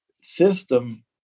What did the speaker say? system